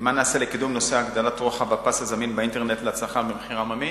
מה נעשה לקידום נושא הגדלת רוחב הפס הזמין באינטרנט לצרכן במחיר עממי,